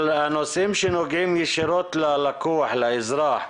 על הנושאים שנוגעים ישירות ללקוח, לאזרח.